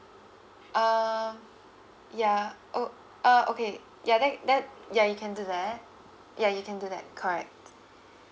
um ya oh uh okay ya that that ya you can do that ya you can do that correct